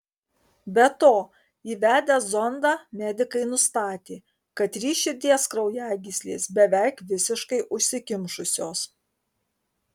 be to įvedę zondą medikai nustatė kad trys širdies kraujagyslės beveik visiškai užsikimšusios